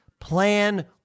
Plan